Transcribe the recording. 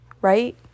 right